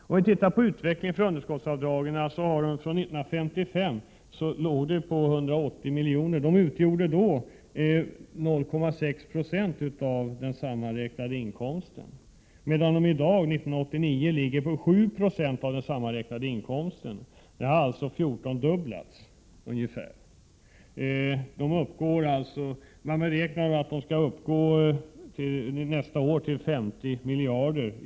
Om vi tittar på utvecklingen för underskottsavdragen så kan vi konstatera att de 1955 uppgick till ett belopp av 180 milj.kr. vilket då utgjorde 0,6 26 av den sammanräknade inkomsten. I dag ligger de på 7 96 av den sammanräknade inkomsten. Beloppet har alltså fjortondubblats, och man beräknar att underskottsavdragen nästa år skall uppgå till 50 miljarder kronor.